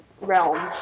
realm